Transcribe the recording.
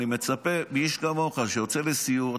אני מצפה מאיש כמוך שיוצא לסיור,